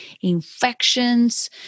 infections